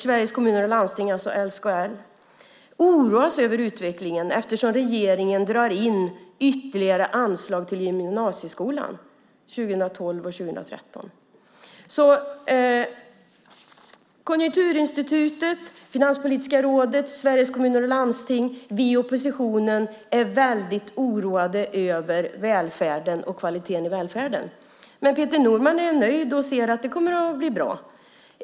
Sveriges Kommuner och Landsting, SKL, oroas över utvecklingen eftersom regeringen drar in ytterligare anslag till gymnasieskolan 2012 och 2013. Konjunkturinstitutet, Finanspolitiska rådet, Sveriges Kommuner och Landsting och vi i oppositionen är oroade över välfärden och kvaliteten i välfärden. Peter Norman är dock nöjd och säger att det kommer att bli bra.